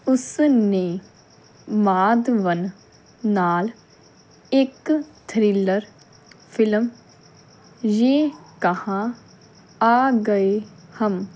ਉਸ ਨੇ ਮਾਧਵਨ ਨਾਲ ਇੱਕ ਥ੍ਰਿਲਰ ਫ਼ਿਲਮ ਯੇ ਕਹਾਂ ਆ ਗਏ ਹਮ